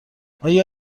آیا